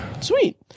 Sweet